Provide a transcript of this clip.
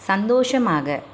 சந்தோஷமாக